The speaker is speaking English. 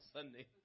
Sunday